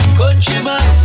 countryman